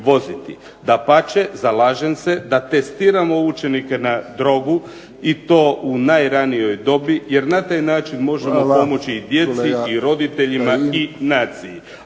Dapače, zalažem se da testiramo učenike na drogu i to u najranijoj dobi jer na taj način možemo samo… **Friščić, Josip